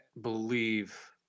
believe